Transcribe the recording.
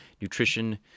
nutrition